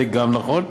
זה גם נכון.